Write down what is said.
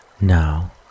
Now